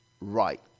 right